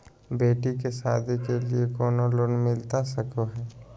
बेटी के सादी के लिए कोनो लोन मिलता सको है?